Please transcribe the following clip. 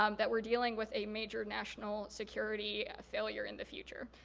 um that we're dealing with a major national security failure in the future.